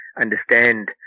understand